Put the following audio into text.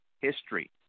history